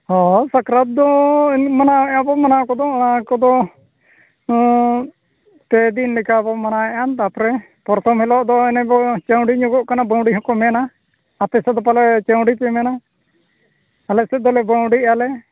ᱦᱚᱭ ᱥᱟᱠᱨᱟᱛ ᱫᱚ ᱢᱟᱱᱟᱣᱮᱫ ᱟᱵᱚ ᱢᱟᱱᱟᱣ ᱠᱚᱫᱚ ᱚᱱᱟ ᱠᱚᱫᱚ ᱯᱮᱫᱤᱱ ᱞᱮᱠᱟᱵᱚ ᱢᱟᱱᱟᱣᱮᱫᱼᱟ ᱛᱟᱯᱚᱨᱮ ᱯᱨᱚᱛᱷᱚᱢ ᱦᱤᱞᱳᱜ ᱫᱚ ᱚᱱᱮᱵᱚ ᱪᱟᱹᱶᱰᱤ ᱧᱚᱜᱚᱜ ᱠᱟᱱᱟ ᱵᱟᱹᱶᱰᱤ ᱦᱚᱸᱠᱚ ᱢᱮᱱᱟ ᱟᱯᱮ ᱥᱮᱫ ᱫᱚ ᱯᱟᱞᱮ ᱪᱟᱹᱶᱰᱤᱯᱮ ᱢᱮᱱᱟ ᱟᱞᱮ ᱥᱮᱫ ᱫᱚᱞᱮ ᱵᱟᱹᱶᱰᱤᱜ ᱟᱞᱮ